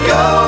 go